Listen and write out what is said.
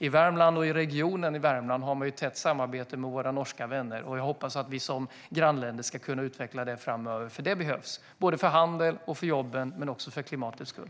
I Värmland och i regionen har man ett tätt samarbete med våra norska vänner, och jag hoppas att vi som grannländer ska kunna utveckla det framöver. Det behövs för handeln och för jobben men också för klimatets skull.